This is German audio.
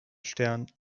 stern